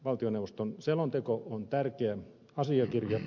valtioneuvoston selonteko on tärkeä asiakirja